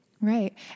Right